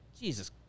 Jesus